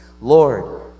Lord